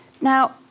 now